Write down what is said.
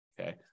Okay